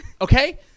Okay